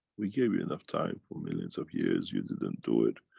we gave you enough time for millions of years, you didn't do it,